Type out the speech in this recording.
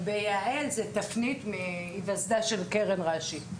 וביע"ל זה תפנית, מהיווסדה של קרן רש"י.